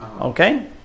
Okay